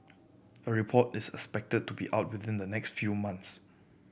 a report is expected to be out within the next few months